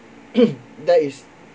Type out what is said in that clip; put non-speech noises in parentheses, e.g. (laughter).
(coughs) there is